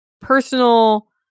personal